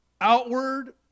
outward